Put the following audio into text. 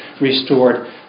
restored